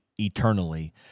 eternally